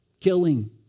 killing